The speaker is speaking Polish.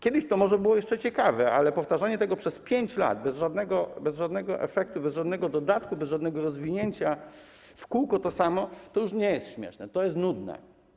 Kiedyś to było może ciekawe, ale powtarzanie tego przez 5 lat bez żadnego efektu, bez żadnego dodatku, bez żadnego rozwinięcia, w kółko to samo, to już nie jest śmieszne, to jest nudne.